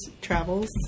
travels